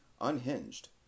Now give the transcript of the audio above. unhinged